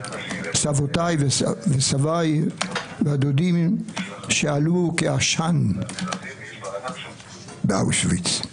סבותיי וסביי והדודים שעלו כעשן באושוויץ.